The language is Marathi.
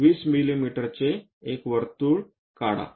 20 मिमी एक वर्तुळ काढा